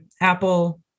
Apple